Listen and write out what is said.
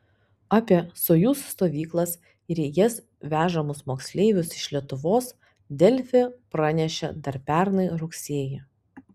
apie sojuz stovyklas ir į jas vežamus moksleivius iš lietuvos delfi pranešė dar pernai rugsėjį